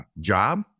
job